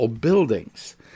buildings